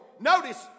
Notice